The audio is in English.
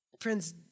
Friends